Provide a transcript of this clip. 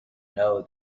know